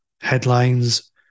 headlines